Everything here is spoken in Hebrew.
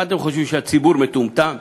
מה אתם חושבים, שהציבור מטומטם?